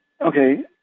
Okay